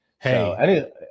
Hey